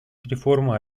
реформа